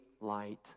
light